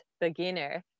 beginner